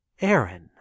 Aaron